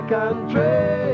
country